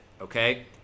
okay